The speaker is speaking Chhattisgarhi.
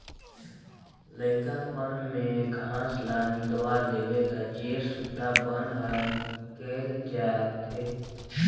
लइकापन में घास ल निंदवा देबे त जेर सुद्धा बन हर निकेल जाथे